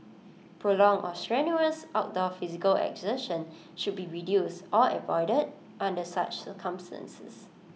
prolonged or strenuous outdoor physical exertion should be reduced or avoided under such circumstances